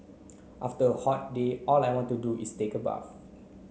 after a hot day all I want to do is take a bath